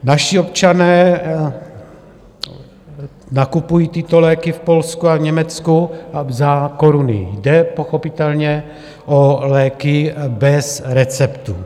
Naši občané nakupují tyto léky v Polsku a Německu za koruny, jde pochopitelně o léky bez receptu.